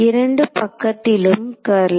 இரண்டு பக்கத்திலும் கர்ல்